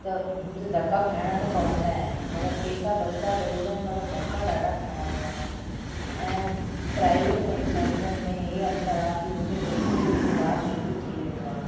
त हुते धिका खाइणा त पवंदा आहिनि मगरि पैसा बचंदा ज़रूर आहिनि मगरि धिका ॾाढा खाइणा पवंदा आहिनि ऐं प्राइवेट सेंटरनि में हीअं अंतर आहे की हुते वेंदे ई इलाज़ शुरू थी वेंदो आहे